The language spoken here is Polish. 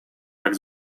jak